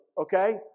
okay